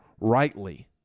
rightly